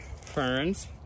ferns